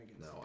No